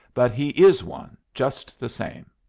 but he is one just the same.